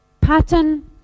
pattern